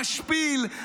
משפיל,